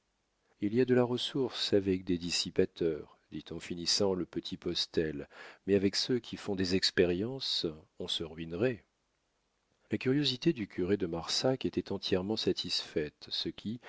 il y a de la ressource avec des dissipateurs dit en finissant le petit postel mais avec ceux qui font des expériences on se ruinerait la curiosité du curé de marsac était entièrement satisfaite ce qui